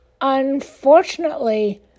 Unfortunately